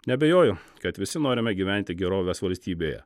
neabejoju kad visi norime gyventi gerovės valstybėje